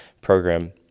program